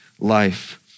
life